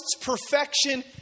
perfection